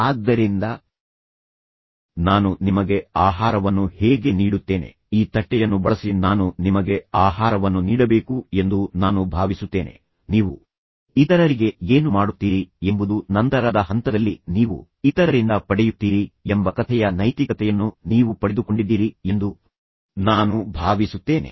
ಆದ್ದರಿಂದ ನಾನು ನಿಮಗೆ ಆಹಾರವನ್ನು ಹೇಗೆ ನೀಡುತ್ತೇನೆ ಈ ತಟ್ಟೆಯನ್ನು ಬಳಸಿ ನಾನು ನಿಮಗೆ ಆಹಾರವನ್ನು ನೀಡಬೇಕು ಎಂದು ನಾನು ಭಾವಿಸುತ್ತೇನೆ ನೀವು ಇತರರಿಗೆ ಏನು ಮಾಡುತ್ತೀರಿ ಎಂಬುದು ನಂತರದ ಹಂತದಲ್ಲಿ ನೀವು ಇತರರಿಂದ ಪಡೆಯುತ್ತೀರಿ ಎಂಬ ಕಥೆಯ ನೈತಿಕತೆಯನ್ನು ನೀವು ಪಡೆದುಕೊಂಡಿದ್ದೀರಿ ಎಂದು ನಾನು ಭಾವಿಸುತ್ತೇನೆ